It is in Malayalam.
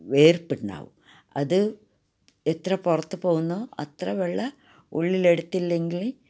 വേർപ്പുണ്ടാകും അത് എത്ര പുറത്ത് പോകുന്നോ അത്ര വെള്ളം ഉള്ളിൽ എടുത്തില്ലെങ്കിൽ